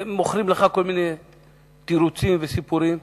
מוכרים לך כל מיני תירוצים וסיפורים.